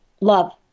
love